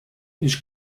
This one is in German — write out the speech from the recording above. ich